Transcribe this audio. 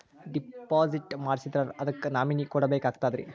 Deposit ಮಾಡ್ಸಿದ್ರ ಅದಕ್ಕ nominee ಕೊಡಬೇಕಾಗ್ತದ್ರಿ?